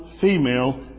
female